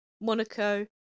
Monaco